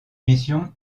mission